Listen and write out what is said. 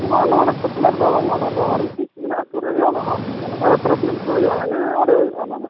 ᱱᱚᱜᱼᱚᱸᱭ ᱱᱚᱣᱟ ᱰᱟᱠᱛᱟᱨ ᱠᱷᱟᱱᱟ ᱨᱮᱫᱚ ᱵᱟᱝᱟ ᱟᱨ ᱚᱱᱟ ᱫᱚ ᱟᱨ ᱢᱤᱫᱴᱤᱡ ᱢᱮᱱᱟᱜᱼᱟ ᱥᱩᱨ ᱨᱮᱜᱮ ᱚᱱᱟ ᱦᱚᱸ ᱚᱱᱟ ᱵᱟᱨᱳ ᱛᱮᱨᱳ ᱠᱤᱞᱳᱢᱤᱴᱟᱨ ᱦᱩᱭᱩᱜᱼᱟ ᱤᱱᱟᱹ ᱚᱸᱰᱮ ᱦᱩᱭᱩᱜᱼᱟ ᱚᱱᱟ ᱫᱚ